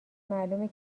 معلومه